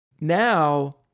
now